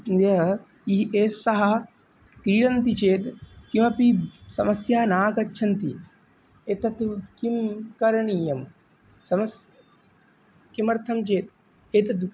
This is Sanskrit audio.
यः एषः सः क्रीडति चेत् काः अपि समस्याः नागच्छन्ति एतद् किं करणीया समस्या किमर्थं चेत् एतद्